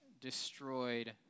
destroyed